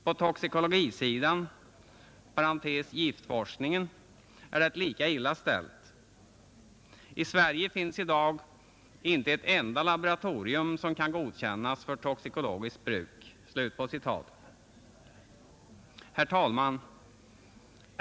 På toxikologisidan är det lika illa ställt. I Sverige finns i dag inte ett enda laboratorium som kan godkännas för toxikologiskt bruk.” Herr talman!